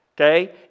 okay